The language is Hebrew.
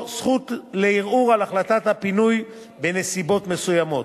או זכות לערעור על החלטת הפינוי בנסיבות מסוימות.